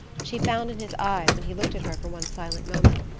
she found in his eyes, when he looked at her for one silent moment,